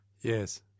yes